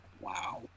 Wow